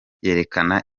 yerekana